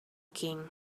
king